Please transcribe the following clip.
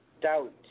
doubt